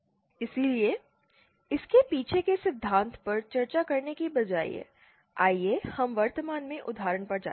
इसलिए इसके पीछे के सिद्धांत पर चर्चा करने के बजाय आइए हम वर्तमान में उदाहरण पर जाएं